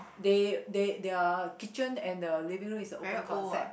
they they their kitchen and the living room is the open concept